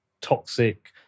toxic